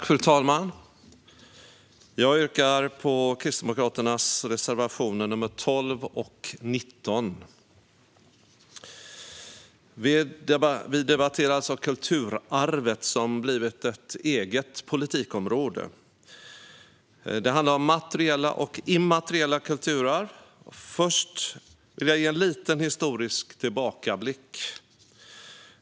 Fru talman! Jag yrkar bifall till Kristdemokraternas reservationer nr 12 och 19. Vi debatterar alltså kulturarvet, som blivit ett eget politikområde. Det handlar om materiella och immateriella kulturarv. Låt mig först ge en liten historisk tillbakablick.